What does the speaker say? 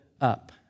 up